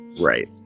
right